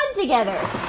together